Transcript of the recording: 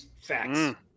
Facts